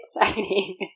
exciting